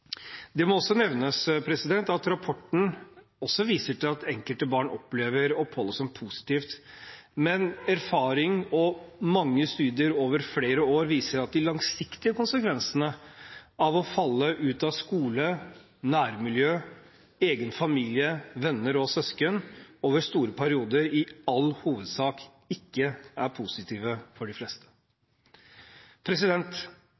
Det må nevnes at rapporten også viser til at enkelte barn opplever oppholdet som positivt, men erfaring og mange studier over flere år viser at de langsiktige konsekvensene av å falle ut av skole, nærmiljø, egen familie, søsken og venner i lange perioder i all hovedsak ikke er positive for de